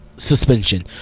Suspension